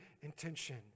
intention